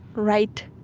right